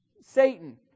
Satan